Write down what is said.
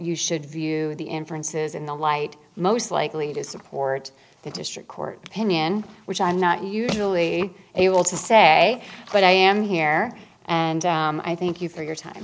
you should view the inferences in the light most likely to support the district court opinion which i'm not usually able to say but i am here and i thank you for your time